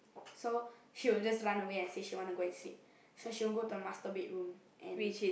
so she will just run away and say she want to go and sleep so she want go to the master bedroom and